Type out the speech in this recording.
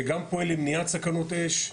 שגם פועל למניעת סכנות אש,